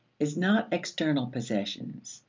is not external possessions,